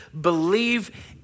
believe